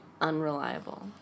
unreliable